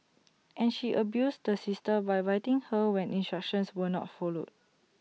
and she abused the sister by biting her when instructions were not followed